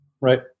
Right